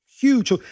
huge